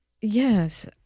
Yes